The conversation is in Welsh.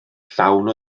llawn